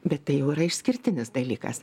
bet tai jau yra išskirtinis dalykas